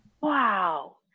wow